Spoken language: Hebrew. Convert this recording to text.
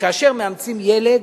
שכאשר מאמצים ילד,